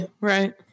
right